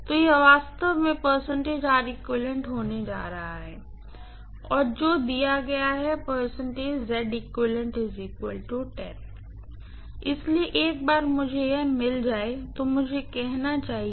तो यह वास्तव में होने जा रहा है और जो दिया गया है इसलिए एक बार मुझे यह मिल जाए तो मुझे कहना चाहिए